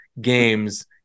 games